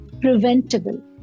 preventable